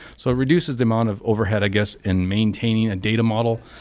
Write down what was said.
so reduces the amount of overhead, i guess in maintaining a data model,